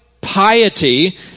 piety